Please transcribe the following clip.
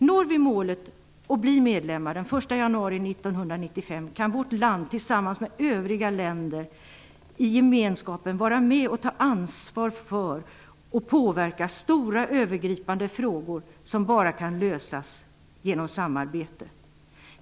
Om vi når målet och blir medlemmar den 1 januari 1995 kan vårt land tillsammans med övriga länder i gemenskapen vara med och ta ansvar för och påverka stora övergripande frågor som bara kan lösas genom samarbete.